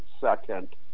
second